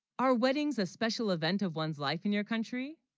our weddings a special event of one's life in your country